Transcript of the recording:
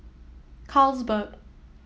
Carlsberg